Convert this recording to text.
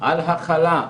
על הכלה,